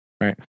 right